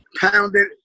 Pounded